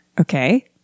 okay